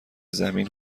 زمین